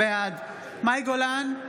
מאי גולן,